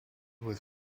with